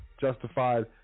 Justified